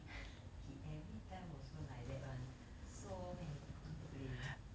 he every time also like that one so many complain